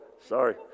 sorry